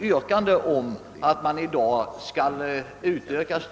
yrkat att stödområdena skall utökas.